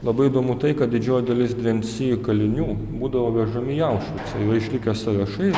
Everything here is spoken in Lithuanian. labai įdomu tai kad didžioji dalis dvensi kalinių būdavo vežami į aušvicą yra išlikę sąrašai